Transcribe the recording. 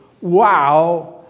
Wow